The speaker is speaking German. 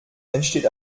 entsteht